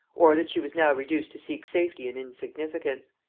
or that she was now reduced to seek safety in insignificance.